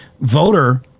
voter